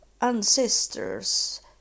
ancestors